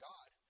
God